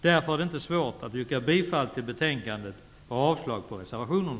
Därför är det inte svårt att yrka bifall till hemställan i betänkandet och avslag på reservationerna.